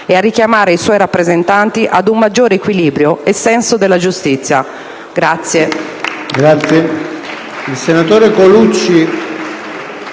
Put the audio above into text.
e a richiamare i suoi rappresentanti a un maggiore equilibrio e senso della giustizia»*.